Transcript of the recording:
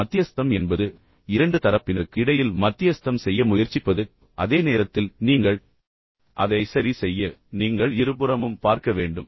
மீண்டும் மத்தியஸ்தம் என்பது இரண்டு தரப்பினருக்கு இடையில் மத்தியஸ்தம் செய்ய முயற்சிப்பது ஆனால் அதே நேரத்தில் நீங்கள் உண்மையில் அதை சரி செய்ய விரும்புகிறீர்கள் என்றால் நீங்கள் இருபுறமும் பார்க்க வேண்டும்